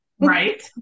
Right